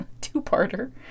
two-parter